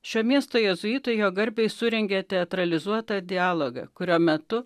šio miesto jėzuitai jo garbei surengė teatralizuotą dialogą kurio metu